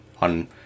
on